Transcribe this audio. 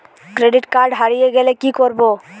Credit card হারিয়ে গেলে কি করব?